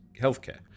healthcare